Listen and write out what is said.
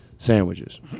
Sandwiches